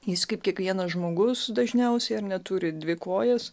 jis kaip kiekvienas žmogus dažniausiai ar ne turi dvi kojas